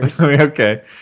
Okay